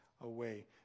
away